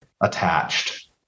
attached